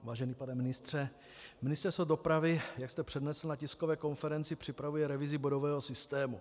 Vážený pane ministře, Ministerstvo dopravy, jak jste přednesl na tiskové konferenci, připravuje revizi bodového systému.